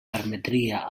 permetria